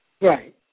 right